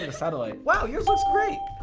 and satellite. wow, yours looks great!